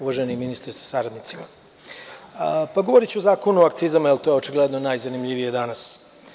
Uvaženi ministre sa saradnicima, govoriću o Zakonu o akcizama jer to je očigledno najzanimljivije danas.